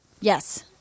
Yes